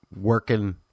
working